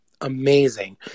amazing